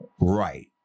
right